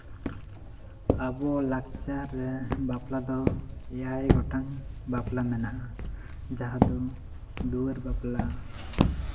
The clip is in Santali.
ᱟᱵᱚ ᱞᱟᱠᱪᱟᱨ ᱨᱮ ᱵᱟᱯᱞᱟ ᱫᱚ ᱮᱭᱟᱭ ᱜᱚᱴᱟᱝ ᱵᱟᱯᱞᱟ ᱢᱮᱱᱟᱜᱼᱟ ᱡᱟᱦᱟᱸ ᱫᱚ ᱫᱩᱣᱟᱹᱨ ᱵᱟᱯᱞᱟ